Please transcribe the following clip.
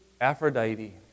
Aphrodite